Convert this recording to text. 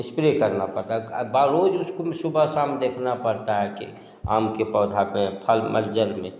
spray करना पड़ता बा रोज़ उसको सुबह शाम देखना पड़ता है कि आम के पौधा पर फल मज्जन